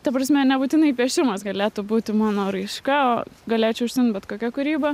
ta prasme nebūtinai piešimas galėtų būti mano raiška galėčiau užsiimt bet kokia kūryba